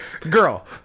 girl